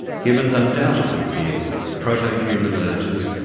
humans undoubtedly feel protohuman urges,